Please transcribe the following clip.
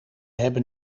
hebben